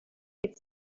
could